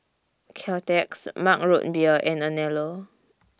Caltex Mug Root Beer and Anello